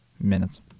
minutes